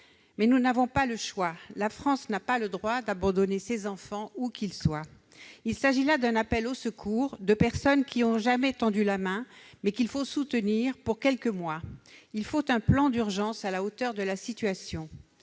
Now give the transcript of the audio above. mais nous n'avons pas le choix. La France n'a pas le droit d'abandonner ses enfants, où qu'ils soient. Il s'agit là d'un appel au secours de personnes qui n'ont jamais tendu la main, mais qu'il faut soutenir pour quelques mois. Il faut un plan d'urgence à la hauteur de la situation